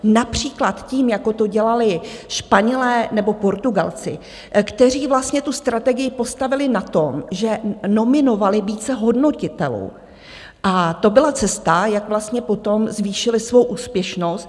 Například tím, jako to dělali Španělé nebo Portugalci, kteří vlastně tu strategii postavili na tom, že nominovali více hodnotitelů, a to byla cesta, jak vlastně potom zvýšili svou úspěšnost.